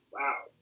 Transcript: Wow